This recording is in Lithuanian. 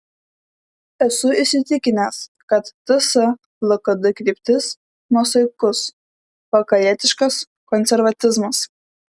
esu įsitikinęs kad ts lkd kryptis nuosaikus vakarietiškas konservatizmas